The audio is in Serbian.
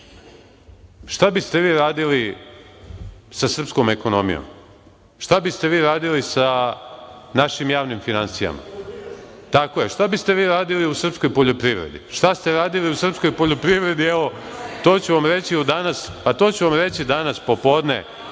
šta biste vi radili sa srpskom ekonomijom, šta biste vi radili sa našim javnim finansijama, šta biste vi radili u srpskoj poljoprivredi. Šta ste radili u srpskoj poljoprivredi, evo, to ću vam reći danas popodne,